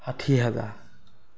ষাঠি হাজাৰ